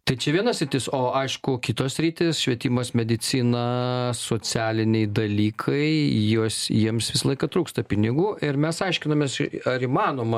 tai čia viena sritis o aišku kitos sritys švietimas medicina socialiniai dalykai jos jiems visą laiką trūksta pinigų ir mes aiškinamės ar įmanoma